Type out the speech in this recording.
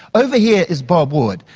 over here is bob wood.